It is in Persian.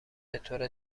بطور